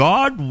God